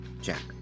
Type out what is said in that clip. Jack